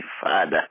Father